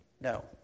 No